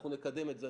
אנחנו נקדם את זה.